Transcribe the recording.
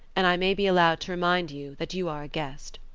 and i may be allowed to remind you that you are a guest